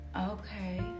Okay